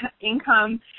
income